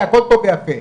הכול טוב ויפה.